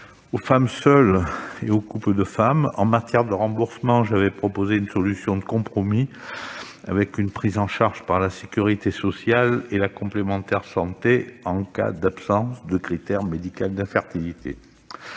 aux femmes seules et aux couples de femmes. En matière de remboursement, j'ai proposé une solution de compromis, avec une prise en charge par la sécurité sociale et la complémentaire santé en cas d'absence de critère médical d'infertilité.